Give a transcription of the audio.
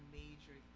major